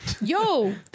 yo